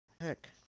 Heck